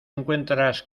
encuentras